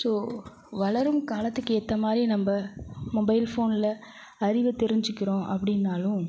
so வளரும் காலத்துக்கேற்ற மாதிரி நம்ப மொபைல்ஃபோனில் அறிவை தெரிஞ்சுக்கிறோம் அப்படின்னாலும்